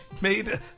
made